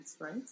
right